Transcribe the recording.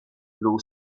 blue